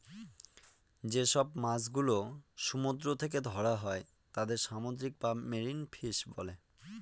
যেসব মাছ গুলো সমুদ্র থেকে ধরা হয় তাদের সামুদ্রিক বা মেরিন ফিশ বলে